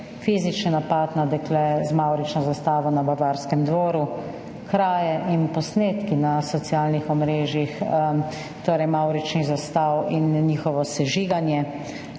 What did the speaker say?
fizični napad na dekle z mavrično zastavo na Bavarskem dvoru, kraje in posnetki na socialnih omrežjih, torej mavričnih zastav in njihovo sežiganje,